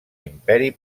imperi